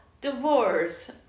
divorce